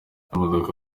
imodoka